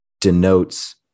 denotes